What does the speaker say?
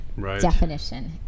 definition